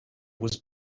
was